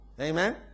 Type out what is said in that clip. Amen